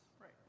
Right